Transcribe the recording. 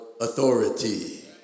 authority